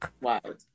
Wild